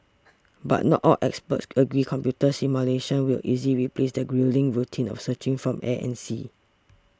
but not all experts agree computer simulations will easily replace the gruelling routine of searching from air and sea